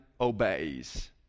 obeys